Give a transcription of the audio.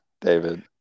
David